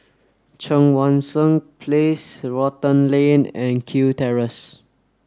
Cheang Wan Seng Place Rotan Lane and Kew Terrace